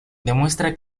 demuestra